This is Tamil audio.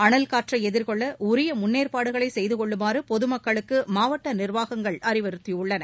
அனல் காற்றை எதிர்கொள்ள உரிய முன்னேற்பாடுகளை செய்து கொள்ளுமாறு பொதுமக்களுக்கு மாவட்ட நிர்வாகங்கள் அறிவுறுத்தியுள்ளன